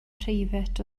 preifat